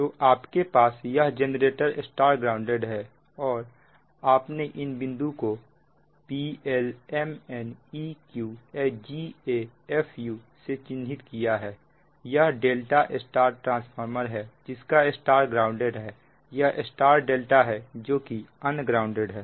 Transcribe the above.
तो आपके पास एक जेनरेटर स्टार ग्राउंडेड है और आपने इन बिंदुओं को p l m n e q g a f u से चिन्हित किया है यह ∆ Y ट्रांसफार्मर है जिसका स्टार ग्राउंडेड है यह Y ∆ है जो कि अनग्राउंडेड है